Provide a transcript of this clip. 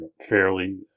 fairly